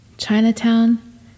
Chinatown